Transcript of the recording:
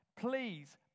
please